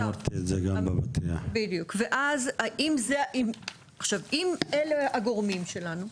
אם אלה הגורמים שלנו,